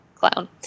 Clown